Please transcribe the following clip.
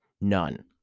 None